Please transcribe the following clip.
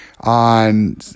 on